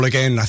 Again